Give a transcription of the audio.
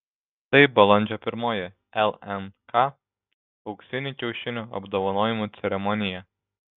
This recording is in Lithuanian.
tai balandžio pirmoji lnk auksinių kiaušinių apdovanojimų ceremonija